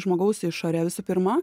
žmogaus išorę visų pirma